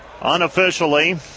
unofficially